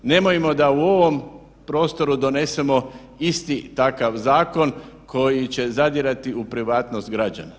Nemojmo da u ovom prostoru donesemo isti takav zakon koji će zadirati u privatnost građana.